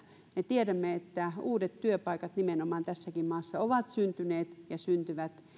me tiedämme että uudet työpaikat tässäkin maassa ovat syntyneet ja syntyvät